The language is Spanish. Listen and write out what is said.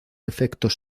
efectos